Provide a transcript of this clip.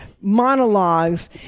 monologues